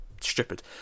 stupid